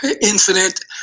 infinite